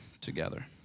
together